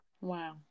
wow